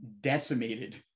decimated